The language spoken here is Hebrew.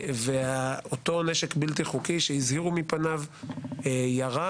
אותו נשק בלתי חוקי שהזהירו מפניו ירה